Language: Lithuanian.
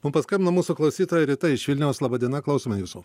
mum paskambino mūsų klausytoja rita iš vilniaus laba diena klausome jūsų